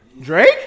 Drake